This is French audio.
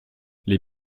les